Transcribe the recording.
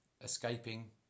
escaping